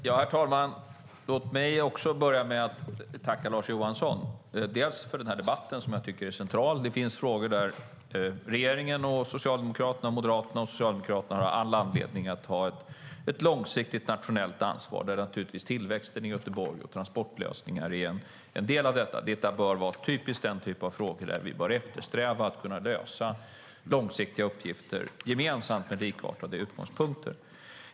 Herr talman! Låt mig börja med att tacka Lars Johansson. Jag vill tacka för debatten, som jag tycker är central. Det finns frågor där regeringen, Socialdemokraterna och Moderaterna har all anledning att ta ett långsiktigt nationellt ansvar. Tillväxten i Göteborg och transportlösningar är en del av det ansvaret. Det här är den typ av frågor där vi bör eftersträva att lösa långsiktiga uppgifter gemensamt med likartade utgångspunkter.